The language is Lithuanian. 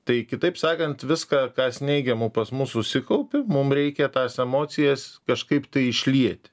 tai kitaip sakant viską kas neigiamo pas mus susikaupė mums reikia tas emocijas kažkaip tai išlieti